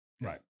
Right